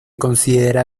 considera